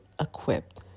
equipped